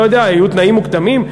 אני לא יודע, היו תנאים מוקדמים?